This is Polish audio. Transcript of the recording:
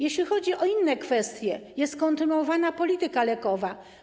Jeśli chodzi o inne kwestie, to jest kontynuowana polityka lekowa.